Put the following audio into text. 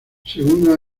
segundo